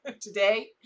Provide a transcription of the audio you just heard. today